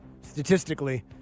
statistically